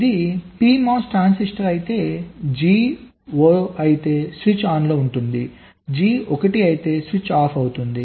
ఇది PMOS transistor అయితే G 0 అయితే స్విచ్ ఆన్లో ఉంటుంది G 1 అయితే స్విచ్ ఆఫ్ అవుతుంది